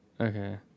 okay